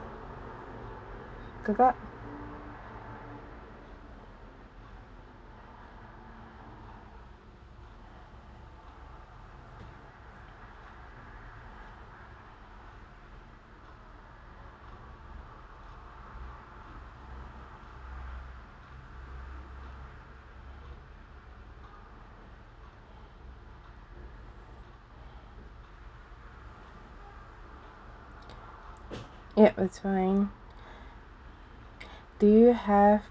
kakak yup it's fine do you have